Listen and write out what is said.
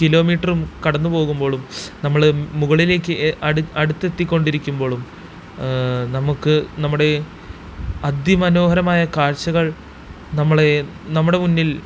കിലോമീറ്ററും കടന്ന് പോകുമ്പോഴും നമ്മൾ മുകളിലേക്ക് അടുത്ത് അടുത്തെത്തി കൊണ്ടിരിക്കുമ്പോഴും നമുക്ക് നമ്മുടെ അതിമനോഹരമായ കാഴ്ചകൾ നമ്മളെ നമ്മുടെ മുന്നിൽ